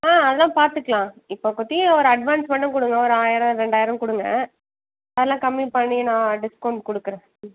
ஆ அதெலாம் பார்த்துக்லாம் இப்போதக்கு ஒரு அட்வான்ஸ் மட்டும் கொடுங்க ஒரு ஆயிரம் ரெண்டாயிரம் கொடுங்க அதெலாம் கம்மி பண்ணி நான் டிஸ்கௌண்ட் கொடுக்குறேன் ம்